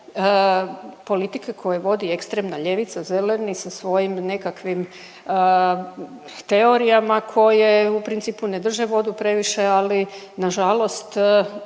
stvari politike koje vodi ekstremna ljevica, zeleni sa svojim nekakvim teorijama koje u principu ne drže vodu previše ali na žalost